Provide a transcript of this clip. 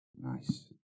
Nice